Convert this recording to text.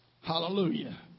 Hallelujah